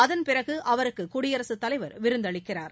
அதன் பிறகு அவருக்கு குடியரசுத் தலைவர் விருந்தளிக்கிறார்